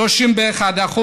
31%,